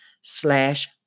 slash